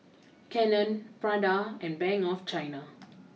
Canon Prada and Bank of China